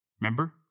Remember